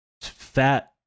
fat